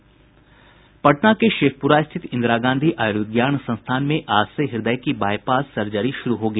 पटना के शेखपुरा स्थित इंदिरा गांधी आयुर्विज्ञान संस्थान में आज से हृदय की बाईपास सर्जरी शुरू होगी